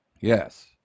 yes